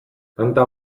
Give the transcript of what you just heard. tanta